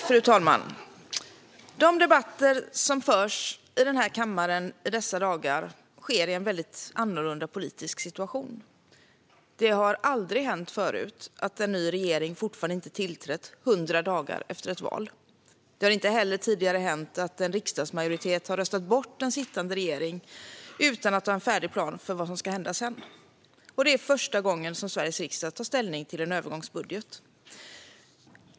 Fru talman! De debatter som förs i kammaren i dessa dagar sker i en väldigt annorlunda politisk situation. Det har aldrig hänt förut att en ny regering fortfarande inte tillträtt hundra dagar efter ett val. Det har inte heller tidigare hänt att en riksdagsmajoritet röstat bort en sittande regering utan att ha en färdig plan för vad som ska hända sedan. Och det är första gången som Sveriges riksdag tar ställning till en övergångsbudget.